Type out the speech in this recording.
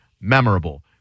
memorable